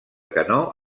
canó